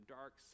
dark